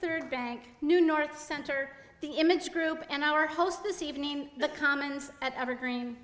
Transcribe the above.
third bank new north center the image group and our host this evening the commons at evergreen